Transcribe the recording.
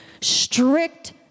strict